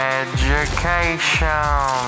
education